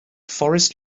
forest